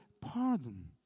pardon